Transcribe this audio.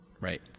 Right